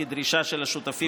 כדרישה של השותפים,